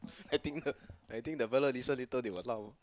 I think I think later the fella listen they will laugh